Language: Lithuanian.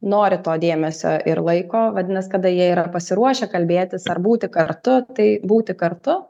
nori to dėmesio ir laiko vadinas kada jie yra pasiruošę kalbėtis ar būti kartu tai būti kartu